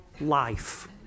life